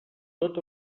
tot